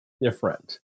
different